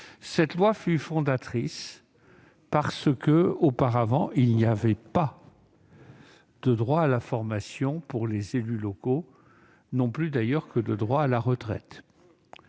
Cette loi fut fondatrice : auparavant, il n'y avait pas de droit à la formation pour les élus locaux, non plus d'ailleurs que de droit à la retraite.